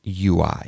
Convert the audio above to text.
UI